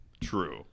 True